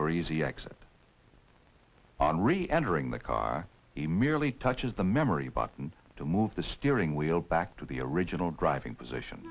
for easy access on re entering the car he merely touches the memory button to move the steering wheel back to the original driving position